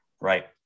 right